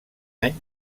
any